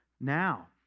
now